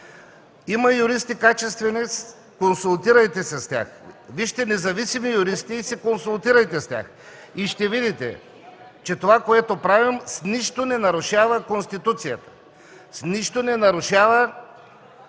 Има качествени юристи, консултирайте се с тях. Вижте независими юристи и се консултирайте с тях и ще видите, че това, което правим с нищо не нарушава Конституцията. С нищо не нарушава